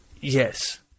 Yes